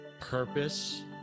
purpose